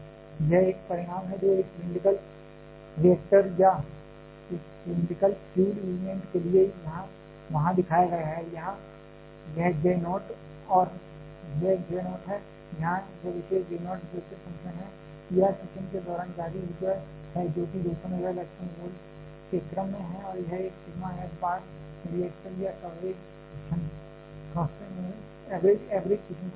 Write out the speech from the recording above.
यह एक परिणाम है जो एक सिलैंडरिकल रिएक्टर या एक सिलैंडरिकल फ्यूल एलिमेंट के लिए वहां दिखाया गया था यहां यह J नोट है यहां यह विशेष J नोट बेसेल फ़ंक्शन है E R फिशन के दौरान जारी ऊर्जा है जो कि 200 MeV के क्रम में है और यह एक सिग्मा f बार रिएक्टर का एवरेज फिशन क्रॉस सेक्शन है